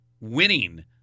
winning –